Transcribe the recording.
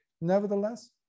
Nevertheless